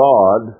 God